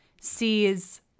sees